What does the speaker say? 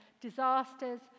Disasters